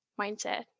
mindset